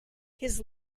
his